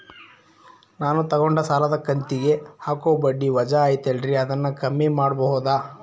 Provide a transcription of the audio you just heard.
ನಾನು ತಗೊಂಡ ಸಾಲದ ಕಂತಿಗೆ ಹಾಕೋ ಬಡ್ಡಿ ವಜಾ ಐತಲ್ರಿ ಅದನ್ನ ಕಮ್ಮಿ ಮಾಡಕೋಬಹುದಾ?